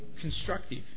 constructive